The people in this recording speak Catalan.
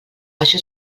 això